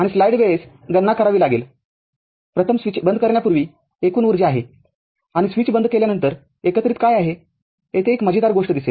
आणि स्लाईड वेळेस गणना करावी लागेल प्रथम स्विच बंद करण्यापूर्वी एकूण ऊर्जा आहे आणि स्विच बंद केल्यानंतर एकत्रित काय आहेयेथे एक मजेदार गोष्ट दिसेल